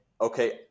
okay